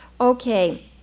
okay